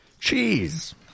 Cheese